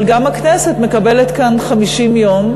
אבל גם הכנסת מקבלת כאן 50 יום,